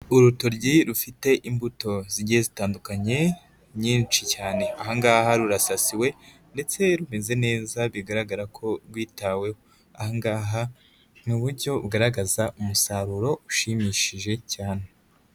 Urutoryi rufite imbuto zigiye zitandukanye nyinshi cyane, aha ngaha rurasasiwe ndetse rumeze neza bigaragara ko rwitaweho, aha ngaha ni uburyo ugaragaza umusaruro ushimishije cyane.